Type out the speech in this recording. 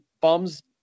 bums